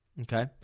Okay